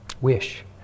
wish